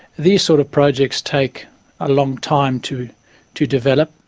these sort of projects take a long time to to develop.